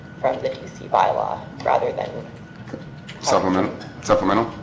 from the dc by law rather than supplement supplemental.